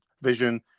vision